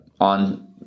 on